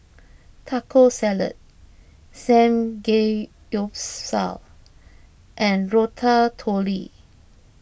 Taco Salad Samgeyopsal and Ratatouille